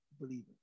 believers